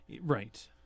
Right